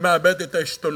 מאבד את העשתונות.